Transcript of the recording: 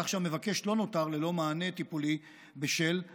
כך שהמבקש לא נותר ללא מענה טיפולי בשל ההליכים.